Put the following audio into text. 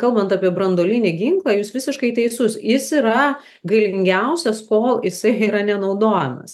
kalbant apie branduolinį ginklą jūs visiškai teisus jis yra galingiausias kol jisai yra nenaudojamas